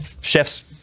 Chef's